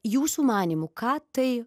jūsų manymu ką tai